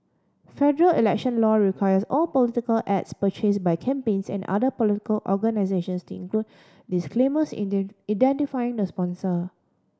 federal election law requires all political ads purchase by campaigns and other political organisations to include disclaimers identifying the sponsor